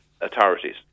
authorities